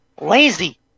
Lazy